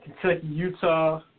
Kentucky-Utah